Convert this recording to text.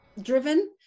driven